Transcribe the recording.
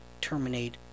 terminate